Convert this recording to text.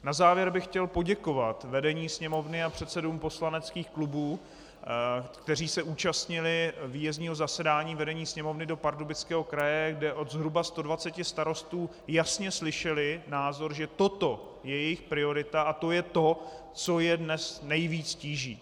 Na závěr bych chtěl poděkovat vedení Sněmovny a předsedům poslaneckých klubů, kteří se účastnili výjezdního zasedání vedení Sněmovny do Pardubického kraje, kde od zhruba 120 starostů jasně slyšeli názor, že toto je jejich priorita a je to to, co je dnes nejvíc tíží.